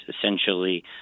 essentially